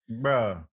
Bro